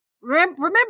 Remember